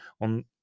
on